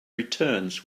returns